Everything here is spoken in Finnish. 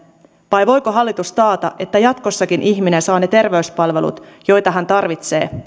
vai voiko hallitus taata että jatkossakin ihminen saa ne terveyspalvelut joita hän tarvitsee